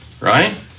Right